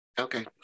Okay